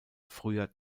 früher